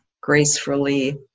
gracefully